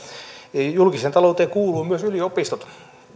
julkiseen talouteen kuuluvat myös yliopistot